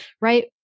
right